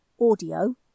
audio